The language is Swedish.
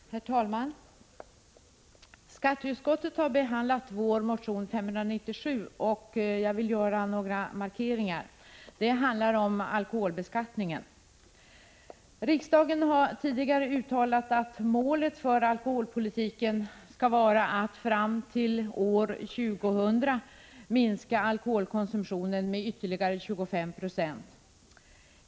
Herr talman! Skatteutskottet har behandlat vår motion 597, och jag vill göra några markeringar. Det handlar om alkoholbeskattningen. Riksdagen har tidigare uttalat att målet för alkoholpolitiken skall vara att fram till år 2000 minska alkoholkonsumtionen med ytterligare 25 96.